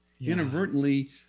Inadvertently